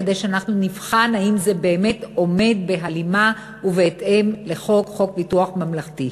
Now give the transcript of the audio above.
כדי שאנחנו נבחן אם זה באמת עומד בהלימה ובהתאם לחוק ביטוח ממלכתי.